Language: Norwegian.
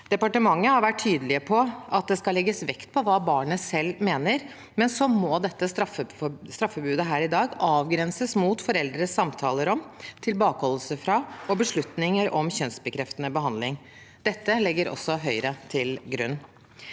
Departementet har vært tydelig på at det skal legges vekt på hva barnet selv mener, men så må dette straffebudet avgrenses mot foreldres samtaler om, tilbakeholdelse fra og beslutninger om kjønnsbekreftende behandling. Dette legger også Høyre til grunn.